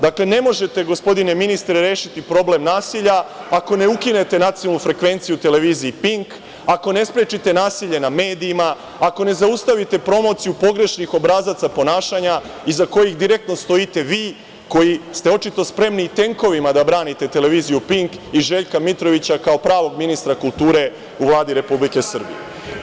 Dakle, ne možete gospodine ministre rešiti problem nasilja, ako ne ukinete nacionalnu frekvenciju televiziji „Pink“, ako ne sprečite nasilje na medijima, ako ne zaustavite promociju pogrešnih obrazaca ponašanja iz kojih direktno stojite vi, koji ste očito spremni i tenkovima da branite televiziju „Pink“ i Željka Mitrovića, kao pravog ministra kulture u Vladi Republike Srbije.